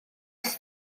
roedd